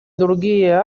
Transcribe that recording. другие